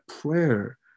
prayer